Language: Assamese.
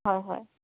হয় হয়